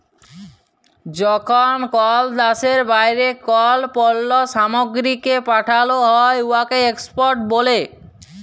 যখল কল দ্যাশের বাইরে কল পল্ল্য সামগ্রীকে পাঠাল হ্যয় উয়াকে এক্সপর্ট ব্যলে